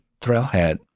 trailhead